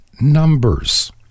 numbers